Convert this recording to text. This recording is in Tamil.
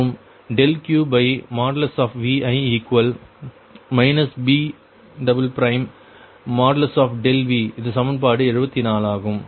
மற்றும் QVi B|ΔV| இது சமன்பாடு 74 ஆகும்